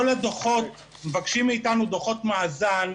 מבקשים מאתנו דוחות מאזן,